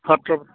সত্ৰ